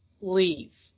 leave